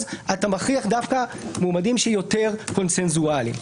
אז אתה מכריח דווקא מועמדים שיותר קונצנזואליים.